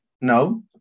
no